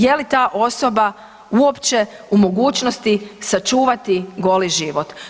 Je li ta osoba uopće u mogućnosti sačuvati goli život?